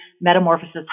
metamorphosis